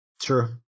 True